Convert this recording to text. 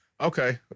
Okay